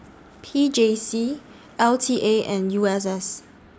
P J C L T A and U S S